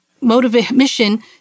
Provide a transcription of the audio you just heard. motivation